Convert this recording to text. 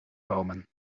komen